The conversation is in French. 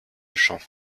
champs